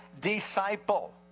disciple